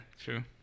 true